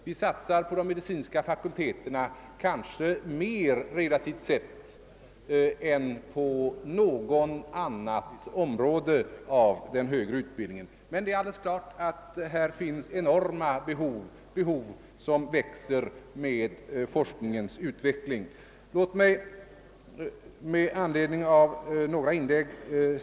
Vi satsar kanske relativt sett mer på de medicinska fakulteterna än på något annat område inom den högre utbildningen, men det är alldeles klart att det här finns enorma behov, behov som växer med forskningens utveckling. Låt mig säga några ord med anledning av vissa inlägg.